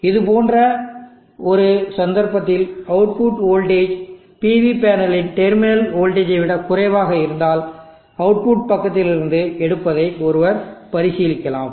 இது போன்ற ஒரு சந்தர்ப்பத்தில் அவுட்புட் வோல்டேஜ் PV பேனலின் டெர்மினல் வோல்டேஜ் ஐ விட குறைவாக இருந்தால் அவுட்புட் பக்கத்திலிருந்து எடுப்பதை ஒருவர் பரிசீலிக்கலாம்